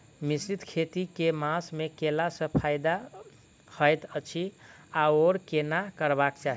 मिश्रित खेती केँ मास मे कैला सँ फायदा हएत अछि आओर केना करबाक चाहि?